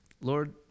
Lord